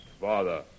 father